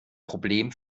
problem